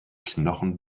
knochen